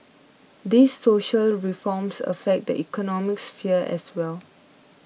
these social reforms affect the economic sphere as well